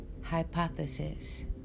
Hypothesis